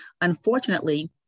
unfortunately